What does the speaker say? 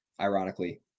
ironically